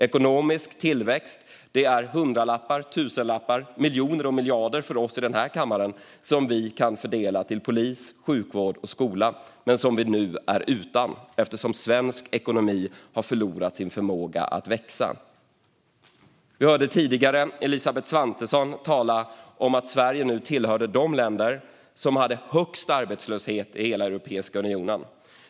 Ekonomisk tillväxt är hundralappar och tusenlappar, eller miljoner och miljarder för oss i denna kammare som vi kan fördela till polis, sjukvård och skola men som vi nu är utan eftersom svensk ekonomi har förlorat sin förmåga att växa. Vi hörde tidigare Elisabeth Svantesson tala om att Sverige nu tillhör de länder som har högst arbetslöshet i hela Europeiska unionen.